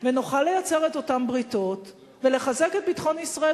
ונוכל לייצר את אותן בריתות ולחזק את ביטחון ישראל,